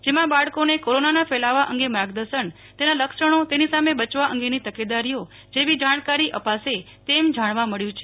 જેમાં બાળકોને કોરોનાના ફેલાવા અંગે માર્ગદર્શન તેના લક્ષણો તેની સામે બચવા અંગેની તકેદારીઓ જેવી જાણકારી અપાશે તેમ જાણવા મળ્યું છે